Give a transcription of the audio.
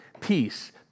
peace